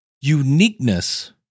uniqueness